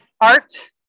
Art